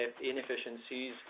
inefficiencies